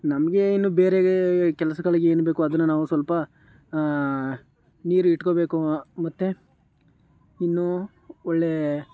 ನಮಗೆ ಇನ್ನೂ ಬೇರೆ ಕೆಲಸಗಳಿಗೆ ಏನು ಬೇಕೋ ಅದನ್ನು ನಾವು ಸ್ವಲ್ಪ ನೀರು ಇಟ್ಕೋಬೇಕು ಮತ್ತು ಇನ್ನು ಒಳ್ಳೆಯ